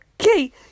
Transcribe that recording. okay